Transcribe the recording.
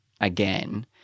again